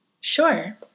Sure